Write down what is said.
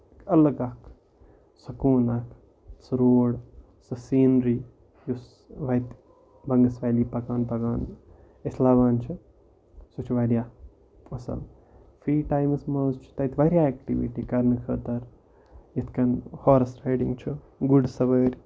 الگ اکھ سکوٗن اکھ سُہ روڈ سۄ سیٖنری یُس وَتہِ بنگس ویلی پَکان پَکان أسۍ لَبان چھِ سُہ چھُ واریاہ اَصٕل فری ٹایمَس منٛز چھِ تَتہِ واریاہ ایکٹِوٹی کرنہٕ خٲطر یِتھ کٔنۍ ہارٕس ڑایڈنٛگ چھُ گُرۍ سوٲر